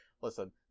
Listen